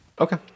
okay